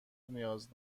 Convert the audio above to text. نیاز